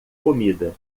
comida